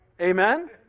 Amen